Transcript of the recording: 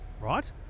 right